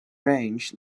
range